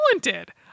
talented